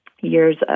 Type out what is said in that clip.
years